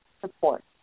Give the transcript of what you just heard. support